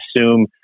assume